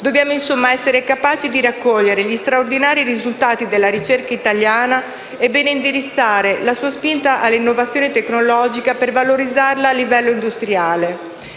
Dobbiamo essere capaci di raccogliere gli straordinari risultati della ricerca italiana e ben indirizzare la sua spinta alla innovazione tecnologica per valorizzarla a livello industriale.